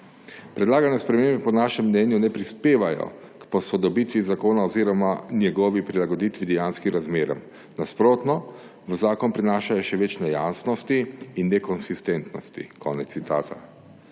»Predlagane spremembe po našem mnenju ne prispevajo k posodobitvi zakona oziroma njegovi prilagoditvi dejanskim razmeram. Nasprotno, v zakon prinašajo še več nejasnosti in nekonsistentnosti.«